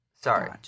sorry